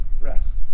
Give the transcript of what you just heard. rest